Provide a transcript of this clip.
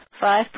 five